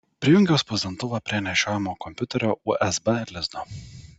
prijungiau spausdintuvą prie nešiojamo kompiuterio usb lizdo